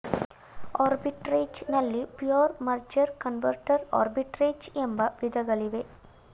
arbitrage ನಲ್ಲಿ pure, merger, converter arbitrage ಎಂಬ ವಿಧಗಳಿವೆ